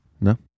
No